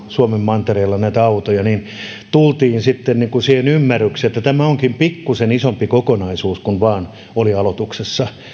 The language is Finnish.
suomen mantereella on näitä autoja ja nämä luvut heittävät viidelläsadalla kappaleella mutta tultiin sitten siihen ymmärrykseen että tämä onkin pikkusen isompi kokonaisuus kuin oli aloituksessa siinä